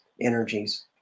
energies